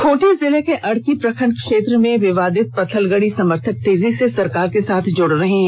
खूंटी जिले के अड़की प्रखंड क्षेत्र में विवादित पत्थलगढ़ी समर्थक तेजी से सरकार के साथ जुड रहे हैं